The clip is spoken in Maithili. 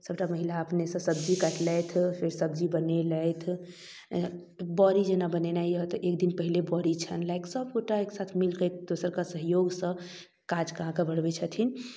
सबटा महिला अपनहिसँ सब्जी काटलथि फेर सब्जी बनेलथि बड़ी जेना बनेनाइ अइ तऽ एकदिन पहिले बड़ी छानलथि सभगोटा एकसाथ मिलिकऽ एक दोसरके सहयोगसँ काजके आगाँ बढ़बै छथिन